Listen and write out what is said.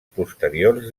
posteriors